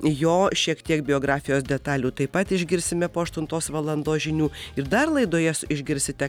jo šiek tiek biografijos detalių taip pat išgirsime po aštuntos valandos žinių ir dar laidoje išgirsite